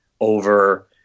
over